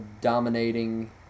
dominating